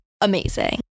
amazing